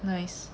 nice